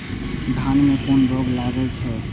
धान में कुन रोग लागे छै?